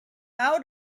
out